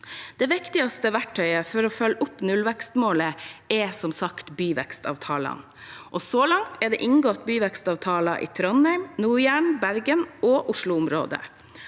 Det viktigste verktøyet for å følge opp nullvekstmålet er som sagt byvekstavtalene. Så langt er det inngått byvekstavtaler for Trondheim, Nord-Jæren, Bergen og Oslo-området.